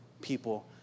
people